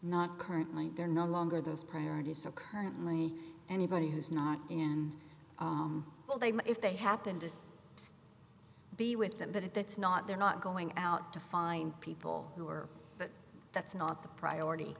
not currently there no longer those priorities are currently anybody who's not in well they may if they happen to be with them but if that's not they're not going out to find people who are but that's not the priority